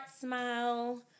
smile